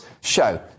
Show